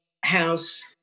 house